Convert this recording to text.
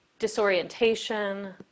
disorientation